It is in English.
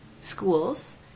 schools